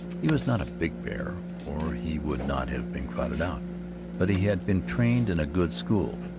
he was not a big bear, or he would not have been crowded out but he had been trained in a good school,